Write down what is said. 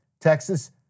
Texas